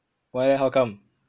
why leh how come